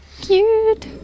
Cute